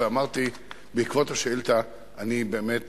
ואמרתי: בעקבות השאילתא אני באמת